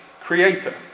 creator